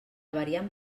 variant